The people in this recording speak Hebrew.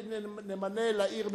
נמנה לעיר ממונה.